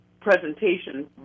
presentation